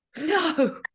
No